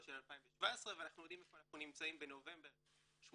של 2017 ואנחנו יודעים איפה אנחנו נמצאים בנובמבר 2018,